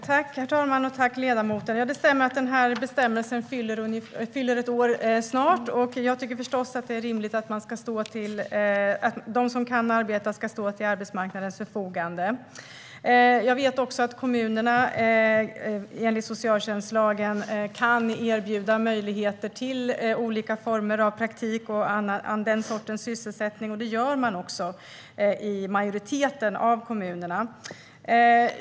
Herr talman! Jag vill tacka ledamoten. Det stämmer. Bestämmelsen fyller snart ett år. Jag tycker förstås att det är rimligt att de som kan arbeta ska stå till arbetsmarknadens förfogande. Jag vet också att kommunerna, enligt socialtjänstlagen, kan erbjuda möjligheter till olika former av praktik och den sortens sysselsättning. Det gör också majoriteten av kommunerna.